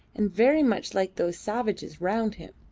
and very much like those savages round him.